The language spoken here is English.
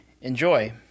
Enjoy